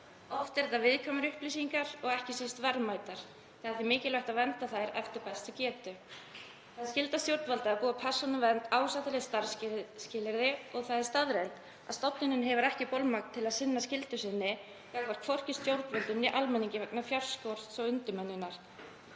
Oft eru þetta viðkvæmar upplýsingar og ekki síst verðmætar. Það er því mikilvægt að vernda þær eftir bestu getu. Það er skylda stjórnvalda að búa Persónuvernd ásættanleg starfisskilyrði og það er staðreynd að stofnunin hefur ekki bolmagn til að sinna skyldu sinni, hvorki gagnvart stjórnvöldum né almenningi, vegna fjárskorts og undirmönnunar.